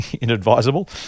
inadvisable